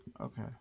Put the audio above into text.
Okay